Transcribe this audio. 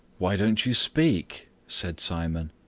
why don't you speak? said simon.